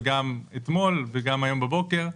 וגם אתמול וגם היום בבוקר,